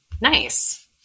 Nice